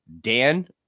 Dan